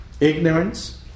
Ignorance